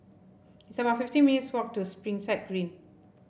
it's about fifteen minutes' walk to Springside Green